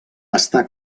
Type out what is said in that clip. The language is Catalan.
està